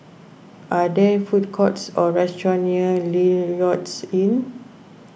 are there food courts or restaurants near Lloyds Inn